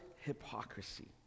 hypocrisy